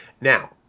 Now